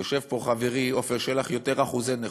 יושב פה חברי עפר שלח, יותר אחוזי נכות,